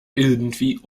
irgendwie